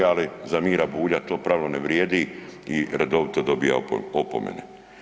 Ali za Mira Bulja to pravilo ne vrijedi i redovito dobiva opomene.